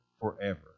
forever